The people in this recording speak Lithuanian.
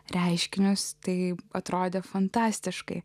reiškinius tai atrodė fantastiškai